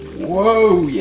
whoa, yeah